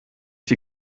die